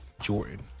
Jordan